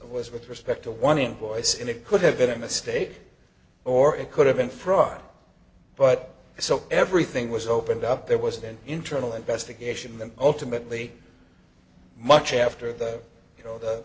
was with respect to one invoice in it could have been a mistake or it could have been fraud but so everything was opened up there was an internal investigation and ultimately much after that you know the